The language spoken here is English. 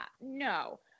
No